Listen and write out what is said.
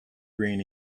green